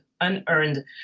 unearned